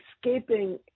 escaping